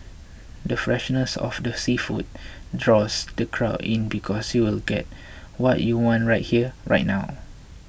the freshness of the seafood draws the crowd in because you'll get what you want right here right now